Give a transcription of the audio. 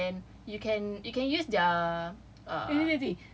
then you can you can use their err